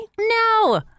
No